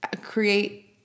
create